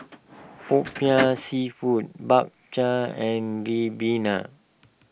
Popiah Seafood Bak Chang and Ribena